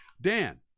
dan